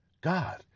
God